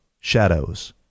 shadows